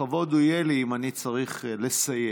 לכבוד יהיה לי אם אני צריך לסייע.